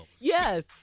Yes